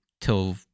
till